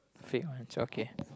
fake ones okay